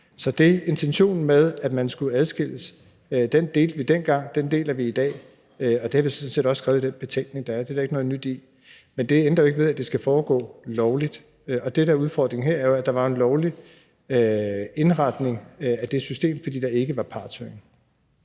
Så intentionen med, at man skulle adskilles, delte vi dengang, og den deler vi i dag, og det har vi sådan set også skrevet i den betænkning, der er. Det er der ikke noget nyt i. Men det ændrer jo ikke ved, at det skal foregå lovligt. Det, der er udfordringen her, er jo, at der var en ulovlig indretning af det system, fordi der ikke var partshøring.